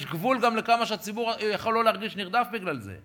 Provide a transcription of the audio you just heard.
יש גבול גם לכמה שהציבור יכול לא להרגיש נרדף בגלל זה.